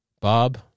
Bob